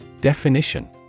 Definition